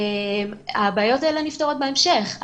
הבעיות האלה נפתרות בהמשך.